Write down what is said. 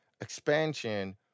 expansion